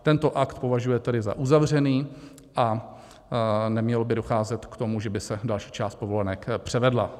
Tento akt považuje tedy za uzavřený a nemělo by docházet k tomu, že by se další část povolenek převedla.